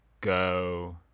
go